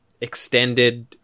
extended